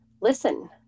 listen